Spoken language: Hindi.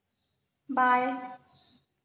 बाएँ